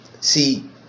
see